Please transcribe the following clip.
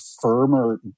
firmer